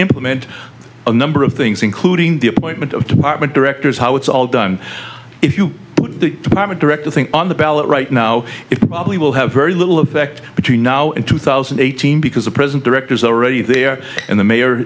implement a number of things including the appointment of department directors how it's all done if you put the department director thing on the ballot right now it probably will have very little effect between now and two thousand and eighteen because the present directors are already there and the mayor